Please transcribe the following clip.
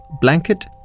blanket